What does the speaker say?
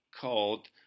called